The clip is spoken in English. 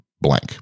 blank